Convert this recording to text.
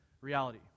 reality